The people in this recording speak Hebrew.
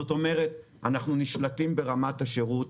זאת אומרת, אנחנו נשלטים ברמת השירות.